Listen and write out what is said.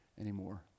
anymore